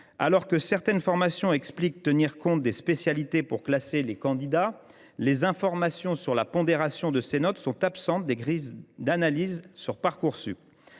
de certaines formations expliquent tenir compte des spécialités pour classer les candidats, les informations sur la pondération de ces notes sont absentes des grilles d’analyse présentes sur